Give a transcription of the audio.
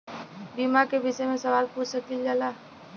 बीमा के विषय मे सवाल पूछ सकीलाजा?